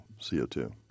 co2